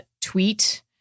tweet